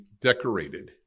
decorated